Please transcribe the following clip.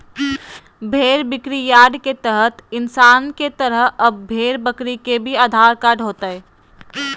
भेड़ बिक्रीयार्ड के तहत इंसान के तरह अब भेड़ बकरी के भी आधार कार्ड होतय